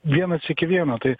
vienas iki vieno tai